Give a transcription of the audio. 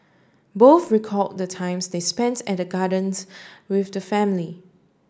both recall the times they spent at the gardens with the family